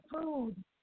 food